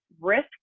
risk